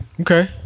Okay